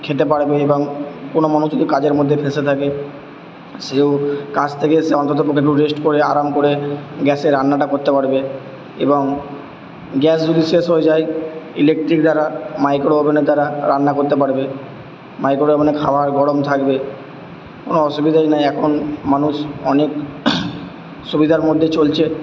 খেতে পারবে এবং কোনো মানুষ যদি কাজের মধ্যে ফেঁসে থাকে সেও কাজ থেকে এসে অন্ততপক্ষে একটু রেস্ট করে আরাম করে গ্যাসে রান্নাটা করতে পারবে এবং গ্যাস যদি শেষ হয়ে যায় ইলেকট্রিক দ্বারা মাইক্রোওয়েভওভেনের দ্বারা রান্না করতে পারবে মাইক্রোওয়েভওভেনে খাবার গরম থাকবে কোনো অসুবিধাই নাই এখন মানুষ অনেক সুবিধার মধ্যে চলছে